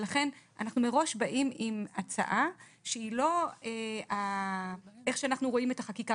ולכן אנחנו מראש באים עם הצעה שהיא לא איך שאנחנו רואים את החקיקה